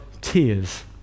tears